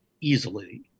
easily